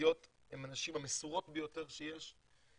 החרדיות הן הנשים המסורות ביותר שיש,